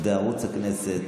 עובדי ערוץ הכנסת,